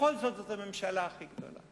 בכל זאת, זאת הממשלה הכי גדולה.